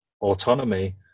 autonomy